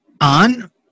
on